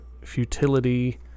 futility